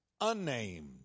unnamed